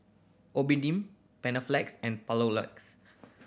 Panaflex and Papulex